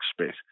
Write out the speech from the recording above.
space